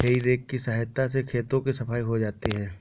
हेइ रेक की सहायता से खेतों की सफाई हो जाती है